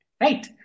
Right